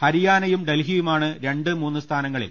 ഹരിയാനയും ഡൽഹി യുമാണ് രണ്ട് മൂന്ന് സ്ഥാനങ്ങളിൽ